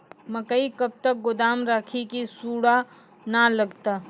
मकई कब तक गोदाम राखि की सूड़ा न लगता?